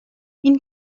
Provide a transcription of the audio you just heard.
این